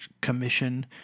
Commission